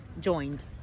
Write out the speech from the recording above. joined